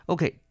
Okay